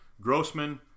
Grossman